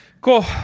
Cool